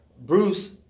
Bruce